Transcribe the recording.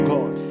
God